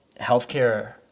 healthcare